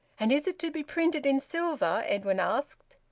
and is it to be printed in silver? edwin asked.